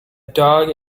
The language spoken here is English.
dog